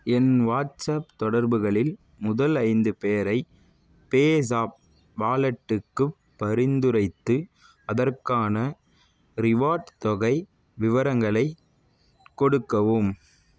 என் WhatsApp தொடர்புகளில் முதல் ஐந்து பேரை பேஸாப் வாலெட்டுக்குப் பரிந்துரைத்து அதற்கான ரிவார்டு தொகை விவரங்களை கொடுக்கவும்